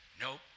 Nope